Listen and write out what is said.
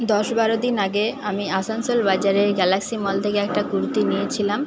দশ বারো দিন আগে আমি আসানসোল বাজারের গ্যালাক্সি মল থেকে একটা কুর্তি নিয়েছিলাম